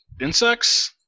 insects